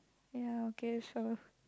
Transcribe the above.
ya okay so